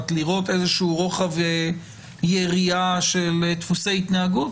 לראות איזשהו רוחב יריעה של דפוסי התנהגות,